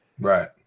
Right